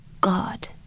God